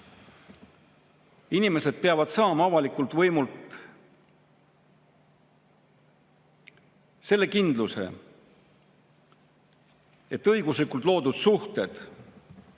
Inimesed peavad saama avalikult võimult selle kindluse, et õiguslikult loodud suhted